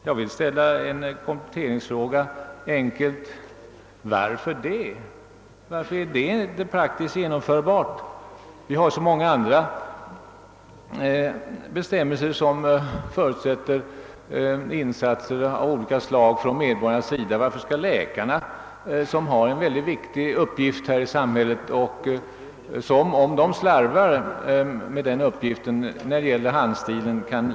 Jag ställer helt enkelt den kompletterande frågan: Varför är det inte praktiskt genomförbart att kräva utskrivning på maskin? Det finns ju på olika områden så många bestämmelser som förutsätter insatser av olika slag från medborgarnas sida. Varför skulle det då inte kunna krävas att läkarna skall använda maskinskrift på recept och remisser?